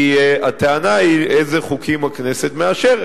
כי הטענה היא איזה חוקים הכנסת מאשרת.